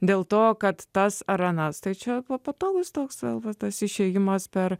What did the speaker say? dėl to kad tas ar anas tačiau po patalais toks saldus tas išėjimas per